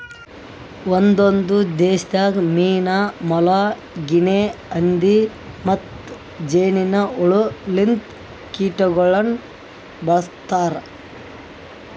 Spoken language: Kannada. ಒಂದೊಂದು ದೇಶದಾಗ್ ಮೀನಾ, ಮೊಲ, ಗಿನೆ ಹಂದಿ ಮತ್ತ್ ಜೇನಿನ್ ಹುಳ ಲಿಂತ ಕೀಟಗೊಳನು ಬಳ್ಸತಾರ್